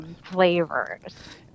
flavors